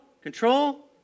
control